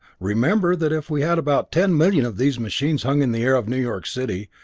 remember that if we had about ten million of these machines hung in the air of new york city,